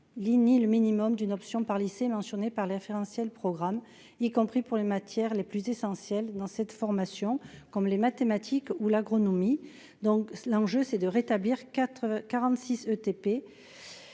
L'inea le minimum d'une option par lycée mentionnés par les référentiels programme y compris pour les matières les plus essentiels dans cette formation, comme les mathématiques ou l'agronomie, donc l'enjeu c'est de rétablir 4 ETP,